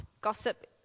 gossip